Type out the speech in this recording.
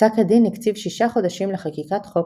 פסק הדין הקציב שישה חודשים לחקיקת חוק